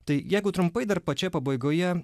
tai jeigu trumpai dar pačioj pabaigoje